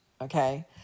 okay